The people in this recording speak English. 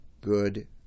good